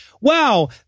wow